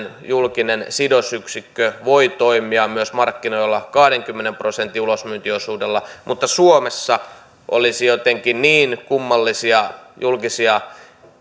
julkinen sidosyksikkö voi toimia myös markkinoilla kahdenkymmenen prosentin ulosmyyntiosuudella mutta suomessa olisi jotenkin niin kummallisia julkisia